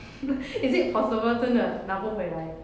is it possible 真的拿不回来